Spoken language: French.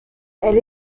elle